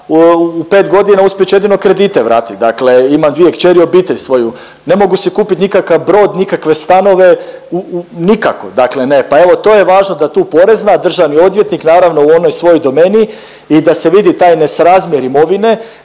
u pet godina uspjet ću jedino kredite vratiti. Dakle, imam dvije kćeri, obitelj svoju. Ne mogu si kupiti nikakav brod, nikakve stanove, nikako, dakle ne. Pa evo to je važno da tu porezna, državni odvjetnik naravno u onoj svojoj domeni i da se vidi taj nesrazmjer imovine,